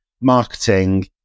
marketing